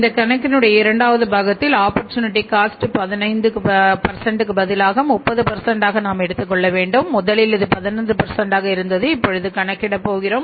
இந்த கணக்கின் உடைய இரண்டாவது பாகத்தில் ஆப்பர்சூனிட்டி காஸ்ட் 15 பதிலாக 30 ஆக நாம் எடுத்துக்கொள்ள வேண்டும் முதலில் இது15 ஆக இருந்தது இப்பொழுது 30 கணக்கிட போகிறோம்